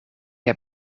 heb